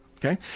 Okay